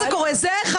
זה דבר אחד.